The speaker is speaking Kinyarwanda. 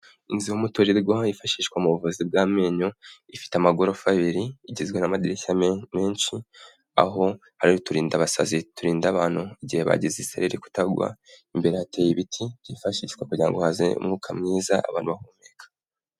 Inzu y'umuturirwa hifashishwa mu buvuzi bw'amenyo ifite amagorofa abiri igizwe n'amadirishya menshi aho hariho uturindabasazi turinda abantu igihe bagize isereri kutagwa imbere hateye ibiti byifashishwa kugira ngo haze umwuka mwiza aba bahumeka